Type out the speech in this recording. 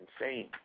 insane